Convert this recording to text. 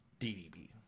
ddb